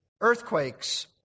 earthquakes